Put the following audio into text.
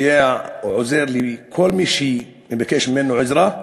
מסייע, עוזר לכל מי שמבקש ממנו עזרה,